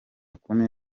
kumi